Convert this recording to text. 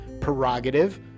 Prerogative